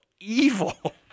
evil